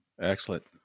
Excellent